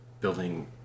building